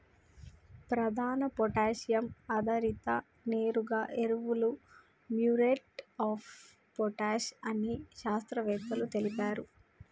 ప్రధాన పొటాషియం ఆధారిత నేరుగా ఎరువులు మ్యూరేట్ ఆఫ్ పొటాష్ అని శాస్త్రవేత్తలు తెలిపారు